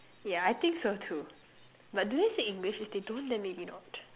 yeah I think so too but do they speak English if they don't then maybe not